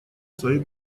своей